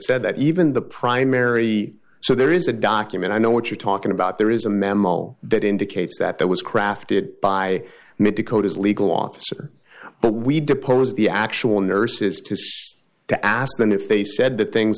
said that even the primary so there is a document i know what you're talking about there is a memo that indicates that that was crafted by mit decoders legal officer but we depose the actual nurses to say to ask them if they said that things